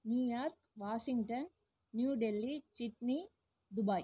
New York Washington New Delhi Sydney Dubai